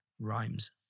Rhymes